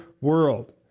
world